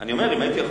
אה, תודה רבה.